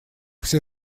все